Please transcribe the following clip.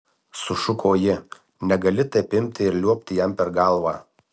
sušuko ji negali taip imti ir liuobti jam per galvą